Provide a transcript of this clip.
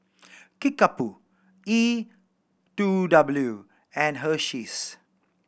Kickapoo E Two W and Hersheys